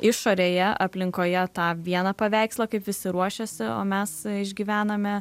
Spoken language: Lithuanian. išorėje aplinkoje tą vieną paveikslą kaip visi ruošiasi o mes išgyvename